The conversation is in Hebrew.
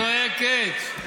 למה את צועקת?